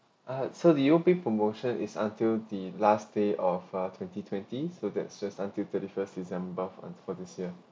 ah so the U_O_B promotion is until the last day of uh twenty twenty so that just until thirty first december um for this year